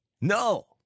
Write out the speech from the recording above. No